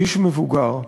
איש מבוגר,